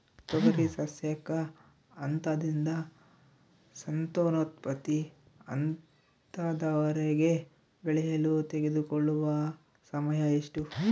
ತೊಗರಿ ಸಸ್ಯಕ ಹಂತದಿಂದ ಸಂತಾನೋತ್ಪತ್ತಿ ಹಂತದವರೆಗೆ ಬೆಳೆಯಲು ತೆಗೆದುಕೊಳ್ಳುವ ಸಮಯ ಎಷ್ಟು?